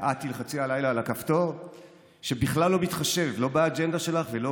ואת תלחצי הלילה על הכפתור שבכלל לא מתחשב לא באג'נדה שלך ולא